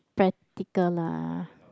practical lah